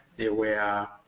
they were